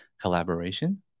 collaboration